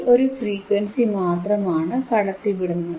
ഈ ഒരു ഫ്രീക്വൻസി മാത്രമാണ് കടത്തിവിടുന്നത്